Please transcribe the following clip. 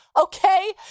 Okay